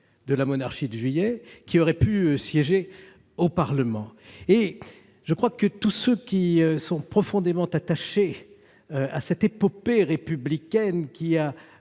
de la monarchie de Juillet auraient pu siéger au Parlement. Tous ceux qui sont profondément attachés à cette épopée républicaine, qui a